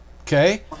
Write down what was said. okay